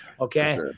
Okay